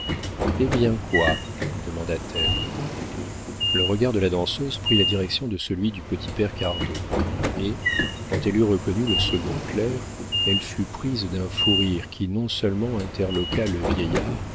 eh bien quoi demanda-t-elle le regard de la danseuse prit la direction de celui du petit père cardot et quand elle eut reconnu le second clerc elle fut prise d'un fou rire qui non-seulement interloqua le vieillard